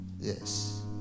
yes